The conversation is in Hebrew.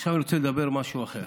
ועכשיו אני רוצה לדבר על משהו אחר.